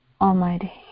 Almighty